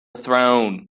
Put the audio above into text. throne